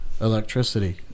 electricity